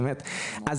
יש